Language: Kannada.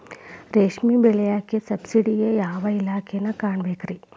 ರೇಷ್ಮಿ ಬೆಳಿಯಾಕ ಸಬ್ಸಿಡಿಗೆ ಯಾವ ಇಲಾಖೆನ ಕಾಣಬೇಕ್ರೇ?